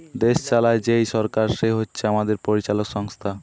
দেশ চালায় যেই সরকার সে হচ্ছে আমাদের পরিচালক সংস্থা